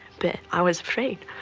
but i was afraid.